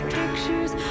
pictures